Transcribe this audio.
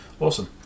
Awesome